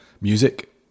music